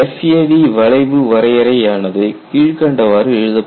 FAD வளைவு வரையறை ஆனது கீழ்க்கண்டவாறு எழுதப்படுகிறது